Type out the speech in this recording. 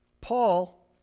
Paul